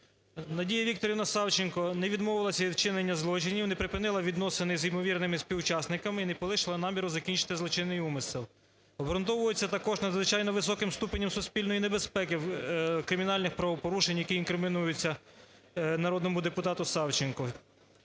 Надія Вікторівна Савченко не відмовилася від вчинення злочинів, не припинила відносини з ймовірними співучасниками і не полишила наміру закінчити злочинний умисел. Обґрунтовується також надзвичайно високим ступенем суспільної небезпеки кримінальних правопорушень, які інкримінуються народному депутату Савченко.